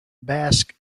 basque